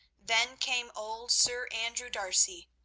then came old sir andrew d'arcy,